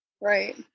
right